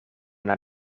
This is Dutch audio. naar